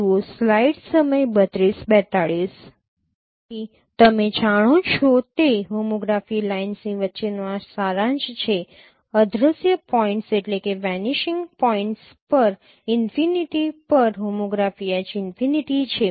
તેથી તમે જાણો છો તે હોમોગ્રાફી લાઇનની વચ્ચેનો આ સારાંશ છે અદ્રશ્ય પોઇન્ટ્સ પર ઈનફિનિટી પર હોમોગ્રાફી H ઈનફિનિટી છે